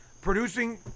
producing